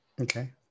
okay